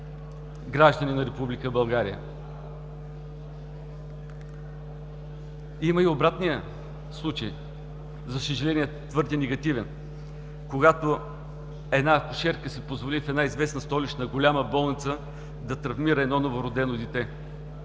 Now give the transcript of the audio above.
граждани на Република България? Има и обратния случай, за съжаление, твърде негативен, когато акушерка си позволи в една известна столична голяма болница да травмира едно новородено дете.